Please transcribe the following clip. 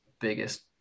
biggest